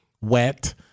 wet